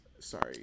Sorry